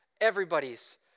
everybody's